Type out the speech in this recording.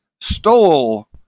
stole